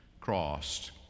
crossed